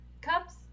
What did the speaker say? cups